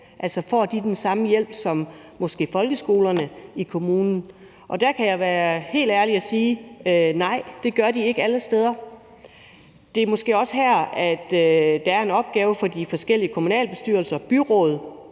Altså, får de den samme hjælp som f.eks. folkeskolerne i kommunen? Og der kan jeg være helt ærlig og sige: Nej, det gør de ikke alle steder. Det er måske også her, at der er en opgave for de forskellige kommunalbestyrelser og byråd